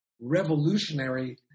revolutionary